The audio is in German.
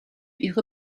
ihre